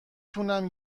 تونم